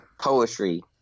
poetry